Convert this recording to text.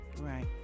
right